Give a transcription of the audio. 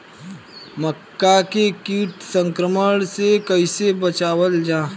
मक्का के कीट संक्रमण से कइसे बचावल जा?